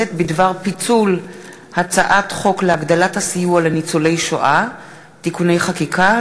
הכנסת להעביר את הצעת חוק לתיקון פקודת הבריאות